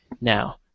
now